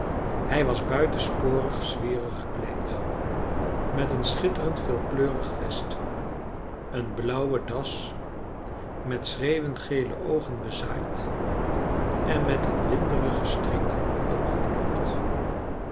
hij was buitensporig zwierig gekleed met een schitterend veelkleurig vest eene blauwe das met schreeuwend gele oogen bezaaid en met een winderigen strik opgeknoopt